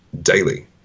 daily